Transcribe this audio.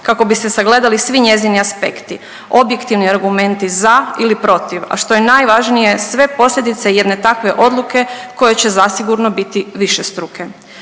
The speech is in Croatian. kako bi se sagledali svi njezini aspekti. Objektivni argumenti za ili protiv, a što je najvažnije sve posljedice jedne takve odluke koje će zasigurno biti višestruke.